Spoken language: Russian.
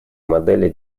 модели